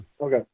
Okay